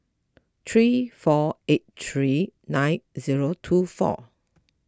three four eight three nine zero two four